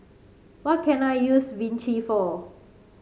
what can I use Vichy for